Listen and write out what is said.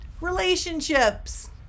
relationships